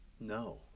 no